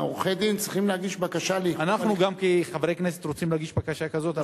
עורכי-הדין צריכים להגיש בקשה לעיכוב הליכים.